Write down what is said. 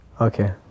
Okay